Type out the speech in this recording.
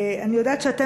אני יודעת שאתם,